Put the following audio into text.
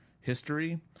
history